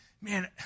man